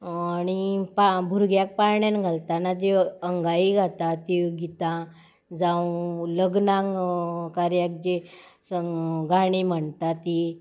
आनी भुरग्यांक पाळनेंत घालतना ज्यो अंगायी घालतात त्यो गितां जावं लग्नाक कार्याक जे गाणी म्हणटात तीं